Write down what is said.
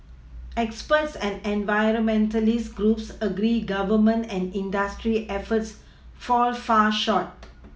experts and environmentalist groups agree Government and industry efforts fall far short